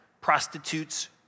prostitutes